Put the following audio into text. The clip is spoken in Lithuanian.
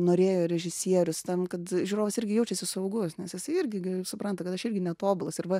norėjo režisierius ten kad žiūrovas irgi jaučiasi saugus nes jisai irgi gi supranta kad aš irgi netobulas ir va